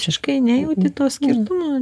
visiškai nejauti to skirtumo